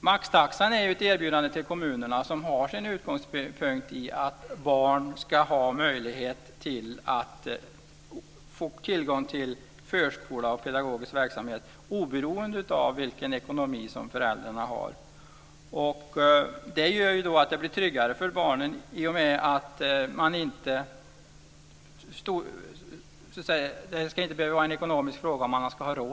Maxtaxan är ett erbjudande till kommunerna som har sin utgångspunkt i att barn ska ha möjlighet till förskola och pedagogisk verksamhet oberoende av föräldrarnas ekonomi. Det gör att det blir tryggare för barnen i och med att det inte behöver vara en ekonomisk fråga.